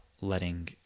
letting